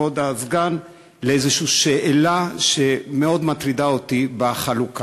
כבוד הסגן, לאיזו שאלה שמאוד מטרידה אותי בחלוקה: